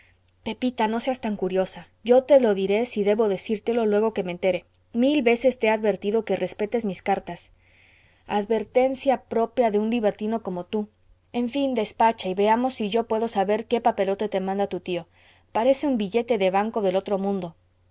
pepita no seas tan curiosa yo te lo diré si debo decírtelo luego que me entere mil veces te he advertido que respetes mis cartas advertencia propia de un libertino como tú en fin despacha y veamos si yo puedo saber qué papelote te manda tu tío parece un billete de banco del otro mundo